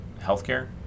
healthcare